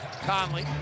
Conley